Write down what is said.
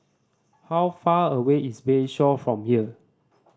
how far away is Bayshore from here